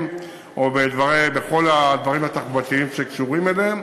או בכל הדברים התחבורתיים שקשורים אליהם.